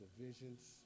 divisions